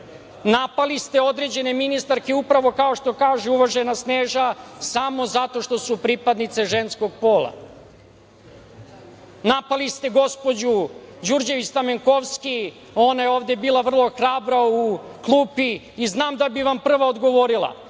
ste određene ministarke, upravo kao što kaže uvažena Sneža, samo zato što su pripadnice ženskog pola. Napali ste gospođu Đurđević Stamenkovski. Ona je ovde bila vrlo hrabra u klupi i znam da bi vam prva odgovorila.